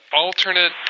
alternate